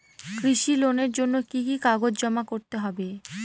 কৃষি লোনের জন্য কি কি কাগজ জমা করতে হবে?